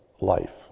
life